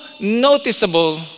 noticeable